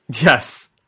Yes